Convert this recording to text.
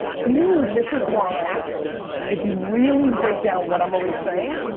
to me this is why if you really break down what i'm always saying,